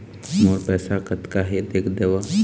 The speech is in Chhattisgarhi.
मोर पैसा कतका हे देख देव?